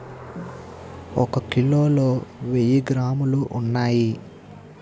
ఒక కిలోలో వెయ్యి గ్రాములు ఉన్నాయి